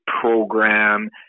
program